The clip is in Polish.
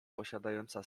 posiadająca